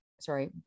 sorry